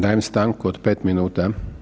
Dajem stanku od 5 minuta.